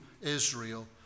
Israel